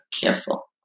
careful